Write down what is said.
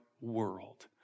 world